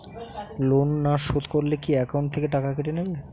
Loan না শোধ করলে কি একাউন্ট থেকে টাকা কেটে নেবে?